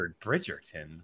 Bridgerton